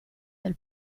dal